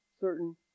certain